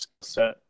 set